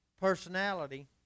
personality